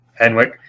Henwick